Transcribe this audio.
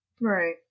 Right